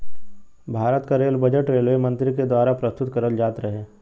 भारत क rail budget railway मंत्री के दवारा प्रस्तुत करल जात रहे